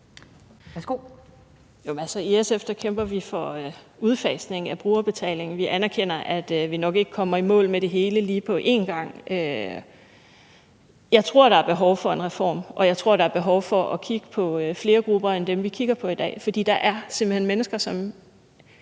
I SF kæmper vi for udfasning at brugerbetalingen. Vi anerkender, at vi nok ikke kommer i mål med det hele lige på en gang. Jeg tror, at der er behov for en reform, og jeg tror, at der er behov for at kigge på flere grupper end dem, vi kigger på i dag, for der er simpelt hen mennesker, som